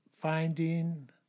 finding